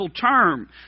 term